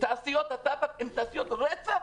תעשיות הטבק הן תעשיות רצח